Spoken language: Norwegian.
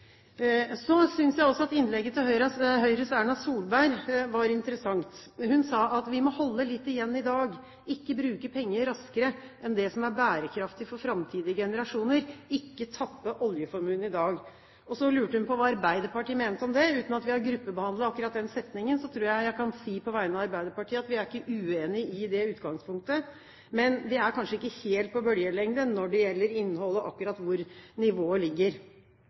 Så synes jeg også at innlegget til Høyres Erna Solberg var interessant. Hun sa at vi må holde litt igjen i dag, ikke bruke penger raskere enn det som er bærekraftig for framtidige generasjoner, og ikke tappe oljeformuen i dag. Så lurte hun på hva Arbeiderpartiet mente om det. Uten at vi har gruppebehandlet akkurat den setningen, tror jeg at jeg på vegne av Arbeiderpartiet kan si at vi ikke er uenig i det i utgangspunktet, men vi er kanskje ikke helt på bølgelengde når det gjelder innholdet og akkurat hvor nivået ligger.